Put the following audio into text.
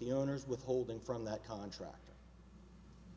the owners withholding from that contract